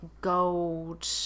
Gold